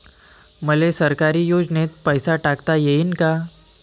मले सरकारी योजतेन पैसा टाकता येईन काय?